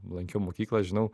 lankiau mokyklą žinau